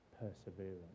perseverance